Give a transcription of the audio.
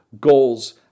goals